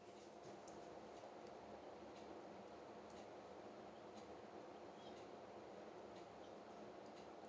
two